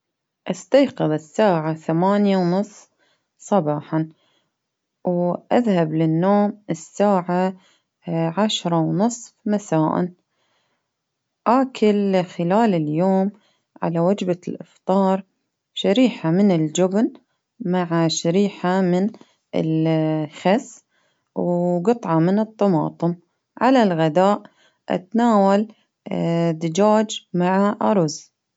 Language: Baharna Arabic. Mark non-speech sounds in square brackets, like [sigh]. استيقظ الساعة ثمانية ونصف صباحا، وأذهب للنوم الساعة اه عشرة ونصف مساء، آكل خلال اليوم على وجبة الإفطار شريحة من الجبن مع شريحة من الخس، وقطعة من الطماطم، على الغداء أتناول [hesitation] دجاج مع أرز.